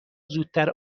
زودتر